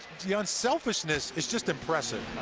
yeah unselfishness is just impressive.